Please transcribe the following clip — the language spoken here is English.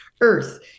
Earth